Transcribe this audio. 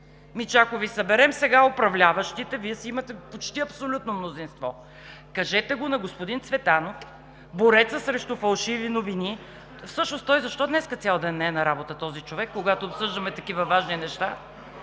Ами, ако Ви съберем сега управляващите, Вие си имате почти абсолютно мнозинство. Кажете го на господин Цветанов, борецът срещу фалшиви новини. Всъщност, този човек защо днес не е на работа, когато обсъждаме такива важни неща?